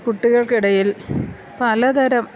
കുട്ടികൾക്കിടയിൽ പലതരം